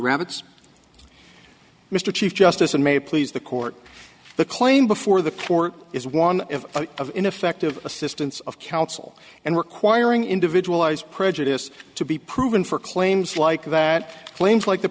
ceramics mr chief justice and may please the court the claim before the court is one of ineffective assistance of counsel and requiring individual eyes prejudice to be proven for claims like that claims like the